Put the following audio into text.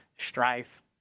strife